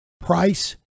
Price